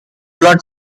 blood